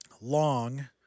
long